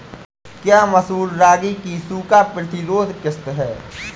क्या मसूर रागी की सूखा प्रतिरोध किश्त है?